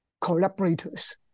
collaborators